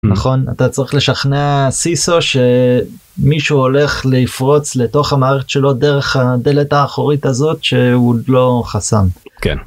נכון אתה צריך לשכנע סיסו שמישהו הולך לפרוץ לתוך המערכת שלו דרך הדלת האחורית הזאת שהוא לא חסם. כן.